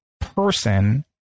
person